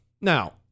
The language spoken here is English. Now